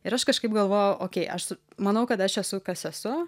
ir aš kažkaip galvojau okei aš manau kad aš esu kas esu